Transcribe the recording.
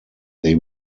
there